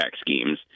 schemes